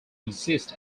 exist